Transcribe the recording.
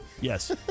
Yes